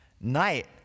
night